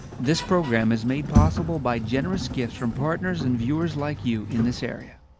this program is made possible by generous gifts from partners and viewers like you in this area.